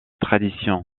traditions